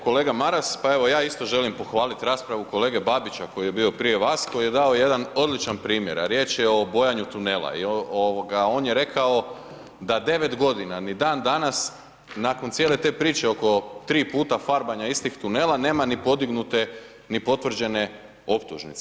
Kolega Maras, pa evo, ja isto želim pohvaliti raspravu, kolege Babića, koji je bio prije vas koji je dao jedan odličan primjer, a riječ je o bojanju tunela i on je rekao da 9 g. ni dan danas, nakon cijele te priče oko 3 puta farbanja istih tunela nema ni podignute ni potvrđene optužnice.